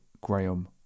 Graham